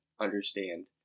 understand